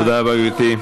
תודה רבה, גברתי.